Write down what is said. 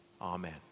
Amen